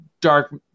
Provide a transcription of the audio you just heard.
dark